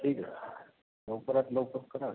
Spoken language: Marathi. ठीक आहे लवकरात लवकर करा